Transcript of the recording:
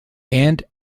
and